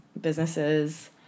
businesses